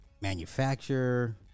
manufacture